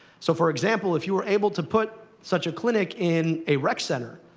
so, for example, if you were able to put such a clinic in a rec center,